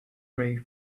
ray